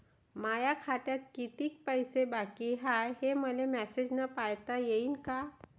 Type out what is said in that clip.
माया खात्यात कितीक पैसे बाकी हाय, हे मले मॅसेजन पायता येईन का?